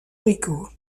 rico